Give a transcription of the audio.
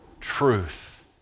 Truth